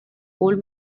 old